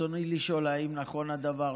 רצוני לשאול: האם נכון הדבר?